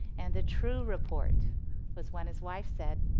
and the true report was when his wife said,